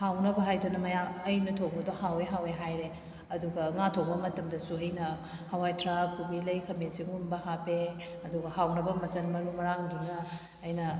ꯍꯥꯎꯅꯕ ꯍꯥꯏꯗꯨꯅ ꯃꯌꯥꯝ ꯑꯩꯅ ꯊꯣꯡꯕꯗꯣ ꯍꯥꯎꯋꯦ ꯍꯥꯎꯋꯦ ꯍꯥꯏꯔꯦ ꯑꯗꯨꯒ ꯉꯥ ꯊꯣꯡꯕ ꯃꯇꯝꯗꯁꯨ ꯑꯩꯅ ꯍꯋꯥꯏꯊꯔꯥꯛ ꯀꯣꯕꯤꯂꯩ ꯈꯥꯃꯦꯟ ꯁꯤꯟꯕꯒꯨꯝꯕ ꯍꯥꯞꯄꯦ ꯑꯗꯨꯒ ꯍꯥꯎꯅꯕ ꯃꯆꯜ ꯃꯔꯨ ꯃꯔꯥꯡꯗꯨꯅ ꯑꯩꯅ